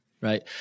Right